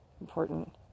important